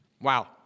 Wow